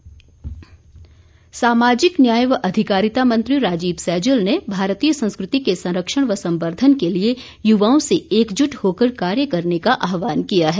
सैजल सामाजिक न्याय व अधिकारिता मंत्री राजीव सैजल ने भारतीय संस्कृति के संरक्षण व संवर्द्वन के लिए युवाओं से एकजुट होकर कार्य करने का आहवान किया है